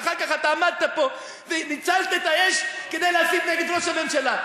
ואחר כך אתה עמדת פה וניצלת את האש כדי להסית נגד ראש הממשלה.